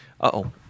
Uh-oh